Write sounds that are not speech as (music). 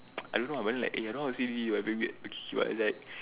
(noise) I don't know but then like i don't know how to say him but a bit weird he was like